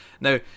now